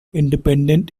independent